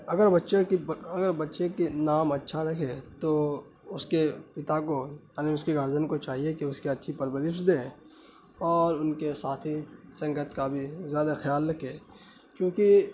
اگر بچے کی اگر بچے کے نام اچھا رکھے تو اس کے پتا کو اس کے گارجین کو چاہیے کہ اس کی اچھی پرورش دے اور ان کے ساتھی سنگت کا بھی زیادہ خیال رکھے کیونکہ